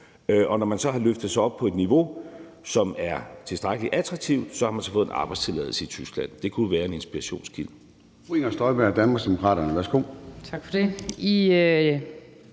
Når man så har løftet sig op på et niveau, som er tilstrækkelig attraktivt, har man fået en arbejdstilladelse i Tyskland. Det kunne være en inspirationskilde.